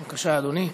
בבקשה, אדוני.